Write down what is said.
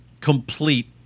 complete